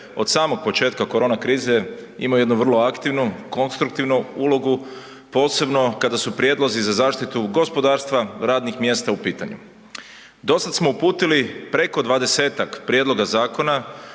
od samog početka korona krize imao jednu vrlo aktivnu, konstruktivnu ulogu posebno kada su prijedlozi za zaštitu gospodarstva, radnih mjesta u pitanju. Do sada smo uputili preko 20-tak prijedloga zakona